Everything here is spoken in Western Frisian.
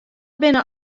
binne